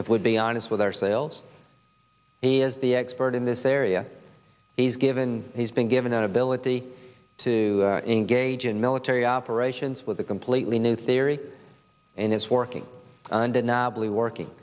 if we'd be honest with ourselves as the expert in this area is given he's been given an ability to engage in military operations with a completely new theory and it's working undeniably working